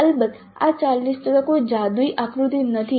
અલબત્ત આ 40 કોઈ જાદુઈ આકૃતિ નથી